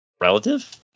relative